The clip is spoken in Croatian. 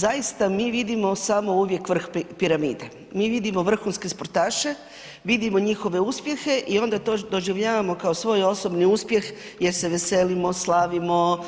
Zaista mi vidimo uvijek samo vrh piramide, mi vidimo vrhunske sportaše, vidimo njihove uspjehe i onda to doživljavamo kao svoj osobni uspjeh jer se veselimo, slavimo,